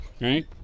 right